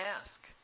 ask